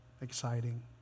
exciting